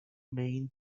main